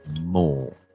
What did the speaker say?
more